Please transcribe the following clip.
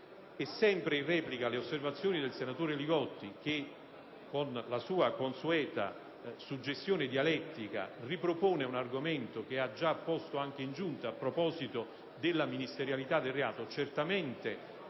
Sempre in replica alle osservazioni del senatore Li Gotti che, con la sua consueta suggestione dialettica, ripropone un argomento che ha già posto anche in Giunta a proposito della ministerialità del reato,